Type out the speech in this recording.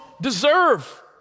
deserve